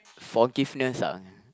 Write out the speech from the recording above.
forgiveness ah